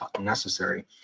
necessary